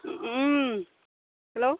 hello